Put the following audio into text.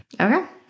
Okay